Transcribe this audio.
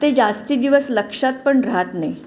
ते जास्ती दिवस लक्षात पण राहत नाही